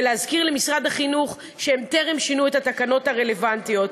ולהזכיר למשרד החינוך שהם טרם שינו את התקנות הרלוונטיות.